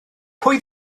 pwy